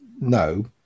No